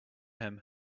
him